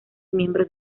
miembros